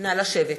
(חברי הכנסת מקדמים בקימה את פני נשיא המדינה.) נא לשבת.